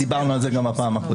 דיברנו על זה גם בפעם הקודמת .